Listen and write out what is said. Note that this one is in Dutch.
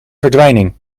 verdwijning